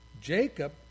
Jacob